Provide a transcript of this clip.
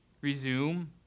resume